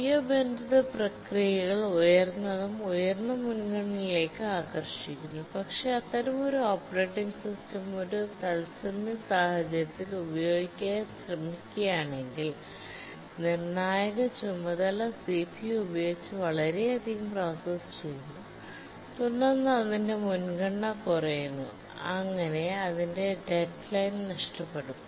IO ബന്ധിത പ്രക്രിയകൾ ഉയർന്നതും ഉയർന്ന മുൻഗണനകളിലേക്ക് ആകർഷിക്കുന്നു പക്ഷേ അത്തരമൊരു ഓപ്പറേറ്റിംഗ് സിസ്റ്റം ഒരു തത്സമയ സാഹചര്യത്തിൽ ഉപയോഗിക്കുക ശ്രമിക്കുകയാണെങ്കിൽ നിർണായക ചുമതല സിപിയു ഉപയോഗിച്ച് വളരെയധികം പ്രോസസ്സ് ചെയ്യുന്നു തുടർന്ന് അതിന്റെ മുൻഗണന കുറയുന്നു അങ്ങനെ അതിൻറെ ഡെഡ് ലൈൻ നഷ്ടപ്പെടും